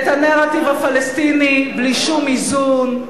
העולם מאמץ את הנרטיב הפלסטיני בלי שום איזון,